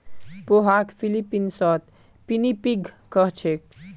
पोहाक फ़िलीपीन्सत पिनीपिग कह छेक